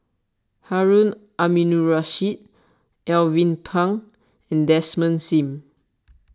Harun Aminurrashid Alvin Pang and Desmond Sim